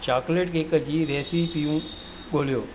chocolate cake जी रेसिपियूं ॻोल्हियो